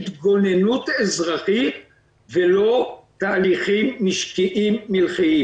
התגוננות האזרחית ולא תהליכים משקיים מל"חיים